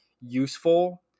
useful